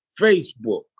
Facebook